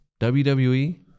wwe